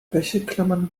wäscheklammern